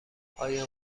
آیا